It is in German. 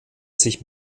sich